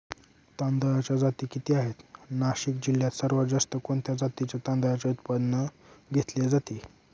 तांदळाच्या जाती किती आहेत, नाशिक जिल्ह्यात सर्वात जास्त कोणत्या जातीच्या तांदळाचे उत्पादन घेतले जाते?